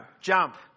jump